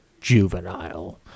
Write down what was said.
juvenile